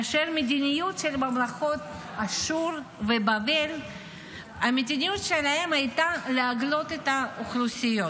כאשר המדיניות של ממלכות אשור ובבל הייתה להגלות את האוכלוסיות.